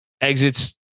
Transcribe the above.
exits